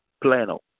Plano